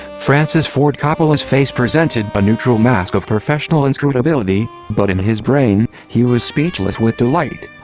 francis ford coppola's face presented a neutral mask of professional inscrutability, but in his brain, he was speechless with delight.